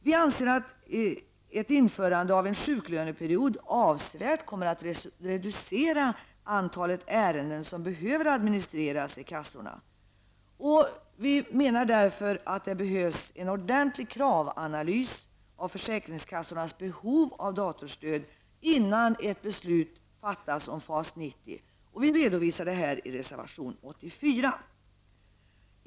Vi anser också att införandet av en sjuklöneperiod avsevärt kommer att reducera antalet ärenden som behöver administreras av kassorna. Vi anser att det behövs en ordentlig kravanalys av försäkringskassornas behov av datorstöd innan ett beslut fattas om FAS 90, och vi redovisar detta i reservation 84.